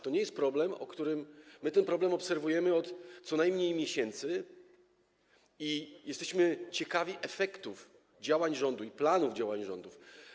To nie jest problem nowy, my ten problem obserwujemy co najmniej od miesięcy i jesteśmy ciekawi efektów działań rządu i planów działań rządów.